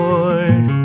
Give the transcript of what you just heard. Lord